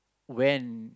when